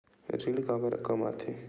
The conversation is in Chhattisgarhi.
ऋण काबर कम आथे?